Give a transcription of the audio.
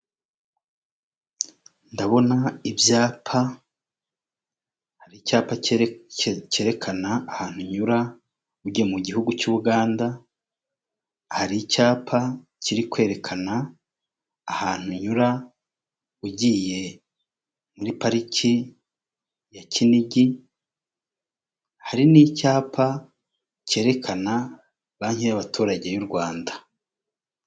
Ndabona ibyapa hari icyapa cyerekana ahantu unyura ujye mu gihugu cy'ubuganda, hari icyapa kiri kwerekana ahantu unyura ugiye muri pariki ya kinigi, hari n'icyapa cyerekana banki y'abaturage y'u Rwanda.